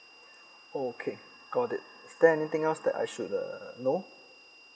okay got it is there anything else that I should uh know